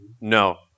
No